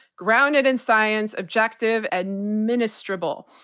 grounded in science, objective, and administrable.